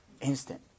instant